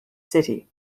city